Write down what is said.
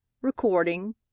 Recording